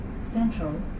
Central